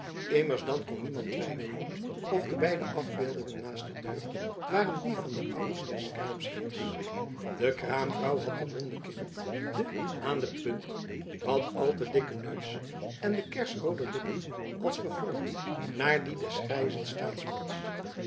musch kon niemand twijfelen of de beide afbeeldingen naast de deur waren die van de ouders des kraamheers de kraamvrouw had de ronde kin den aan de punt wat al te dikken neus en de kersroode lippen als gevormd naar die des